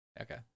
okay